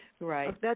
Right